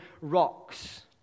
rocks